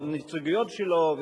בנציגויות שלו.